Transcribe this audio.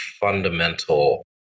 fundamental